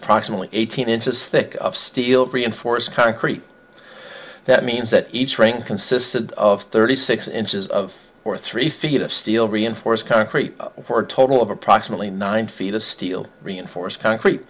approximately eighteen inches thick of steel reinforced concrete that means that each ring consisted of thirty six inches or three feet of steel reinforced concrete for a total of approximately nine feet of steel reinforced concrete